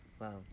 Wow